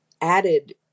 added